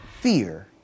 fear